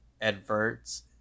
adverts